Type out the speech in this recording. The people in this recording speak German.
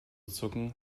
zucken